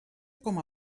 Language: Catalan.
com